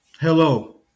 hello